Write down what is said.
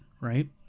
right